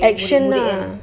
action lah